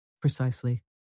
Precisely